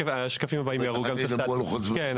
אתם גם תדברו פה על לוחות זמנים?